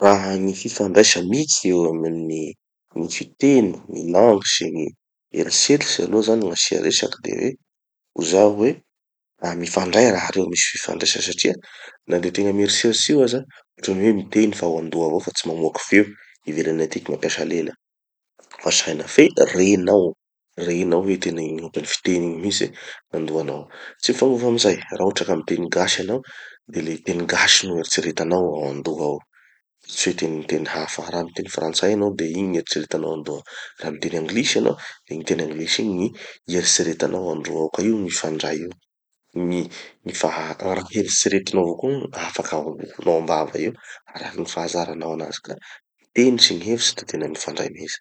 Raha gny fifandraisa misy eo amin'ny gny fiteny gny langues sy gny eritseritsy aloha zany gn'asia resaky de hoe, ho zaho hoe: mifandray raha reo, misy fifandraisa satria na de tegna mieritseritsy io aza, hotrany hoe miteny fa ao andoha avao fa tsy mamoaky feo ivelany atiky mampiasa lela fa saina fe renao, renao hoe tena igny hotrany fiteny igny mihitsy andohanao ao. Tsy mifagnova amizay, raha hotraka miteny gasy hanao, de le teny gasy no ieritseretanao ao andoha ao. Tsy hoe teny teny hafa. Raha miteny frantsay hanao de igny gny ieritseretanao andoha ao, raha miteny anglisy hanao, igny teny anglisy igny gny ieritseretanao andoha ao. Ka io mifandray io. Gny gny faha- raha eritseretinao avao koa no afaky avoakinao ambava eo, araky gny fahazaranao anazy ka gny teny sy gny hevitsy da tena mifandray mihitsy.